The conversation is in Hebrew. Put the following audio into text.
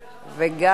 נתקבל.